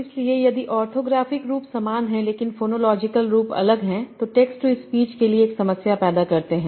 इसलिए यदि ऑर्थोग्राफ़िक रूप समान है लेकिन फोनोलॉजिकल रूप अलग हैं जो टेक्स्ट टू स्पीच के लिए एक समस्या पैदा करते हैं